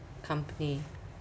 company